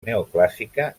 neoclàssica